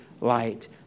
light